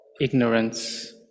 ignorance